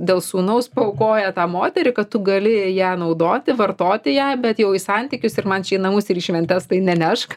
dėl sūnaus paaukoja tą moterį kad tu gali ją naudoti vartoti ją bet jau į santykius ir man čia į namus ir į šventes tai nenešk